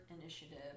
Initiative